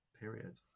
period